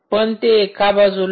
पण ते एका बाजूला